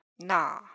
Nah